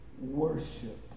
worship